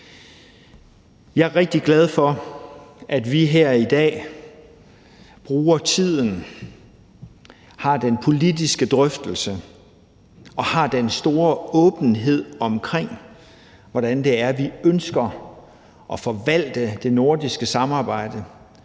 Jeg er rigtig glad for, at vi her i dag bruger tiden på, har den politiske drøftelse af og har den store åbenhed omkring, hvordan det er, vi ønsker at forvalte det nordiske samarbejde,